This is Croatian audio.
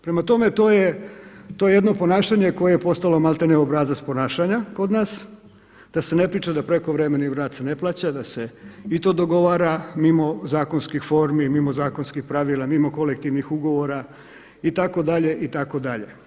Prema tome to je jedno ponašanje koje je postalo maltene obrazac ponašanja kod nas, da se ne priča da prekovremeni rad se ne plaća da se i to dogovara mimo zakonskih formi, mimo zakonskih pravila, mimo kolektivnih ugovora itd., itd.